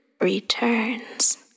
Returns